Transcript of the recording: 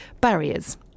barriers